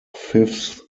fifth